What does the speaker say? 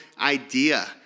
idea